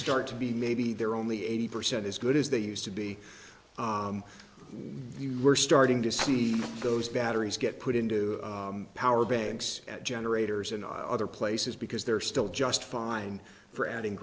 start to be maybe they're only eighty percent as good as they used to be you we're starting to see those batteries get put into power banks at generators and other places because they're still just fine for adding